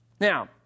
Now